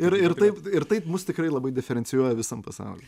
ir ir taip ir taip mus tikrai labai diferencijuoja pasaulyje